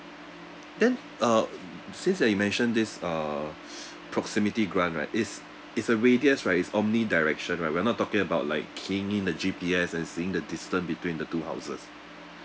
then uh since that you mentioned this uh proximity grant right it's it's a radius right it's omnidirectional right we're not talking about like keying in the G_P_S and seeing the distance between the two houses